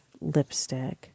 lipstick